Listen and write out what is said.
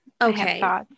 Okay